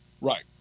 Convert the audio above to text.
Right